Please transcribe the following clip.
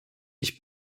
ich